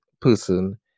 person